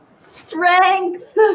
Strength